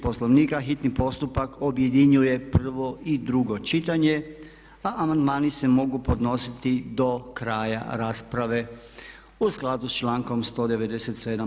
Poslovnika hitni postupak objedinjuje prvo i drugo čitanje, a amandmani se mogu podnositi do kraja rasprave, u skladu sa člankom 197.